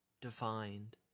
defined